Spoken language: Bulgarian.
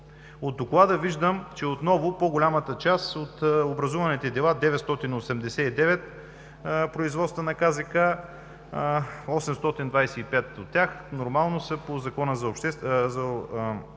От Доклада виждам, че отново по-голямата част от образуваните 989 дела – производства на КЗК, 825 от тях са по Закона за обществените